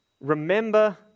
remember